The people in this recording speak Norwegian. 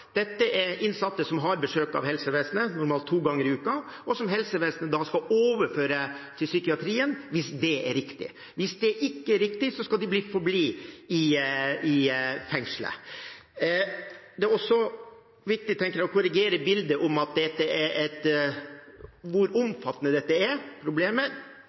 dette er innsatte som får besøk av helsevesenet – normalt to ganger i uken – og som helsevesenet skal overføre til psykiatrien hvis det er riktig. Hvis det ikke er riktig, skal de forbli i fengselet. Det er også viktig, tenker jeg, å korrigere bildet av hvor omfattende dette problemet er på den avdelingen det er